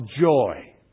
joy